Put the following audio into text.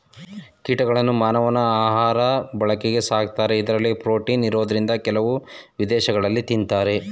ಕೀಟಗಳನ್ನ ಮಾನವನ ಆಹಾಋ ಬಳಕೆಗೆ ಸಾಕ್ತಾರೆ ಇಂದರಲ್ಲಿ ಪ್ರೋಟೀನ್ ಇರೋದ್ರಿಂದ ಕೆಲವು ವಿದೇಶಗಳಲ್ಲಿ ತಿನ್ನತಾರೆ